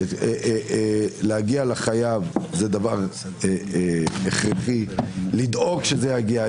להגיע לחייב זה דבר הכרחי, לדאוג שזה יגיע.